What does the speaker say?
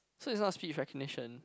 so is not speech recognition